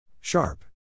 Sharp